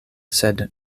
sed